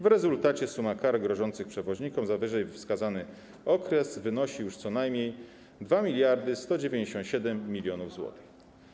W rezultacie suma kar grożących przewoźnikom za wyżej wskazany okres wynosi już co najmniej 2197 mln zł.